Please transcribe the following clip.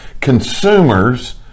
consumers